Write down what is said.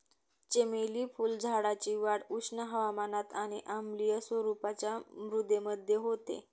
चमेली फुलझाडाची वाढ उष्ण हवामानात आणि आम्लीय स्वरूपाच्या मृदेमध्ये होते